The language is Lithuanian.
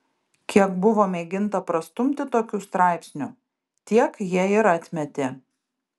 kiek buvo mėginta prastumti tokių straipsnių tiek jie ir atmetė